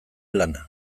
lana